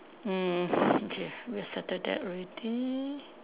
mm okay we settle that already